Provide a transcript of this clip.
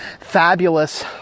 fabulous